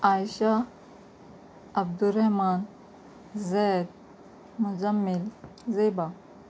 Aisha Abdul Rahman Zaid Muzammil Zeba